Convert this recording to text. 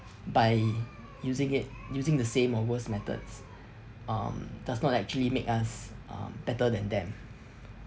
by using it using the same or worse methods um does not actually make us um better than them